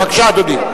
בבקשה, אדוני.